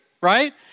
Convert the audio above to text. Right